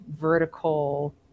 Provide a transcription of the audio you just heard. vertical